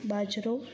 બાજરો